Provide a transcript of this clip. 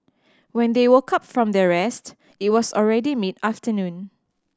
when they woke up from their rest it was already mid afternoon